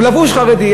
הוא לבוש חרדי.